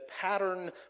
pattern